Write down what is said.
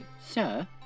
Sir